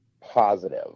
positive